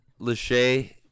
Lachey